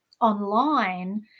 online